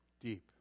deep